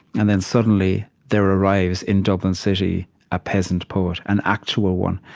and then, suddenly, there arrives in dublin city a peasant poet, an actual one.